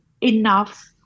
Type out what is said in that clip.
enough